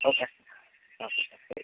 okay sir അതെ ശരി